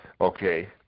Okay